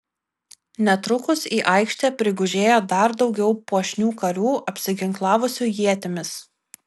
netrukus į aikštę prigužėjo dar daugiau puošnių karių apsiginklavusių ietimis